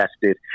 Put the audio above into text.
tested